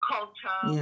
Culture